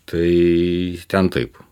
tai ten taip